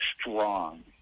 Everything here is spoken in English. strong